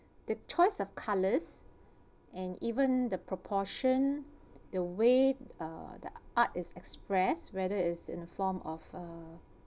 the choice of colours and even the proportion the weight uh that art is expressed whether is in form of a